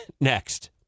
next